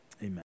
amen